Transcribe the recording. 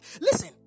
Listen